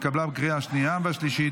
התקבלה בקריאה השנייה והשלישית,